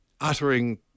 uttering